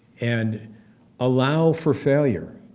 and allow for failure.